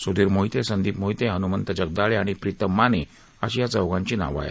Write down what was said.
सुधीर मोहिते संदीप मोहिते हन्मंत जगदाळे आणि प्रीतम माने अशी या चौघांची नावं आहेत